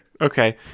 okay